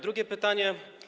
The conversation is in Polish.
Drugie pytanie.